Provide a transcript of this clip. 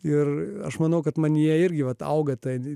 ir aš manau kad manyje irgi vat auga tad